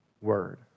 Word